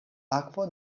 akvo